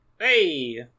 Hey